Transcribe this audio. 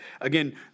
again